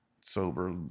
sober